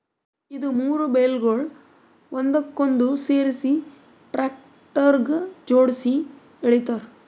ಇದು ಮೂರು ಬೇಲ್ಗೊಳ್ ಒಂದಕ್ಕೊಂದು ಸೇರಿಸಿ ಟ್ರ್ಯಾಕ್ಟರ್ಗ ಜೋಡುಸಿ ಎಳಿತಾರ್